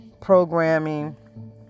programming